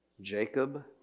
Jacob